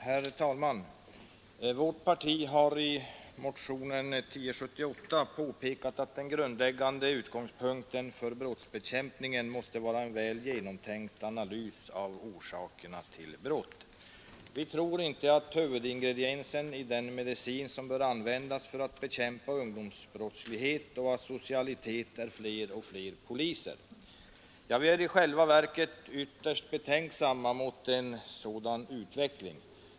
Herr talman! Vårt parti har i motionen 1078 påpekat att den grundläggande utgångspunkten för brottsbekämpningen måste vara en väl genomtänkt analys av orsakerna till brott. Vi tror inte att huvudingrediensen i den medicin som bör användas för att bekämpa ungdomsbrottslighet och asocialitet är fler och fler poliser. Vi är i själva verket ytterst betänksamma mot en sådan utveckling.